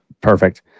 Perfect